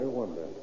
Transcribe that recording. wonder